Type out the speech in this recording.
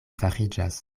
fariĝas